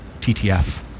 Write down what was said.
TTF